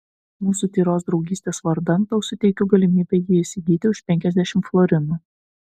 mūsų tyros draugystės vardan tau suteikiu galimybę jį įsigyti už penkiasdešimt florinų